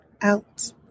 Out